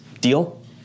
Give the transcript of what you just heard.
Deal